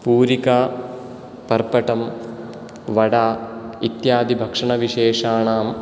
पूरिका पर्पटं वडा इत्यादि भक्षणविशेषाणां